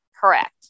correct